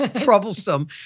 troublesome